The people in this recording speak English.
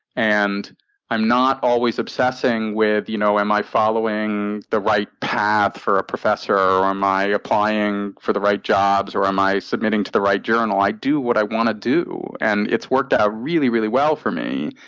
and i'm not always obsessing with you know am i following the right path for a professor, or am i applying for the right jobs, or am i submitting to the right journal? i do what i wanna do. and it's worked out ah really, really well for me.